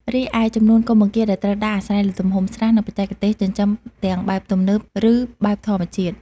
រីឯ ចំនួនកូនបង្គាដែលត្រូវដាក់ អាស្រ័យលើទំហំស្រះ និងបច្ចេកទេសចិញ្ចឹមទាំងបែបទំនើប ឬបែបធម្មជាតិ។